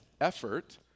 effort